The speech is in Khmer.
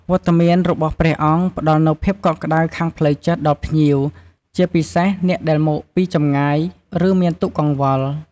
បង្ហាញពីគោលការណ៍សាសនា និងវិន័យ ព្រះអង្គអាចណែនាំភ្ញៀវអំពី របៀបប្រតិបត្តិត្រឹមត្រូវ នៅក្នុងទីអារាម ឬក្នុងពិធីបុណ្យ។